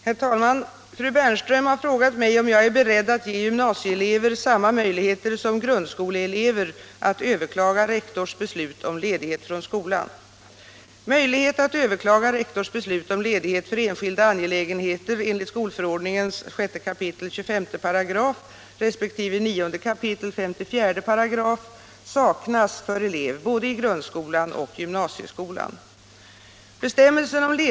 Herr talman! Fru Bernström har frågat mig om jag är beredd att ge gymnasieelever samma möjligheter som grundskoleelever att överklaga rektors beslut om ledighet från skolan. Möjlighet att överklaga rektors beslut om ledighet för enskilda angelägenheter enligt skolförordningen 6 kap. 25 § resp. 9 kap. 54 § saknas för elev både i grundskolan och gymnasieskolan.